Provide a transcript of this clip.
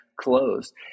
closed